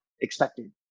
expected